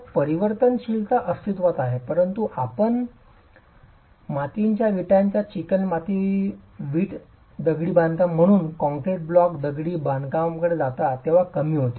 तर परिवर्तनशीलता अस्तित्वात आहे परंतु तरीही आपण मातीच्या विटांच्या चिकणमाती वीट दगडी बांधकाम पासून कंक्रीट ब्लॉक दगडी बांधकामाकडे जाता तेव्हा कमी होते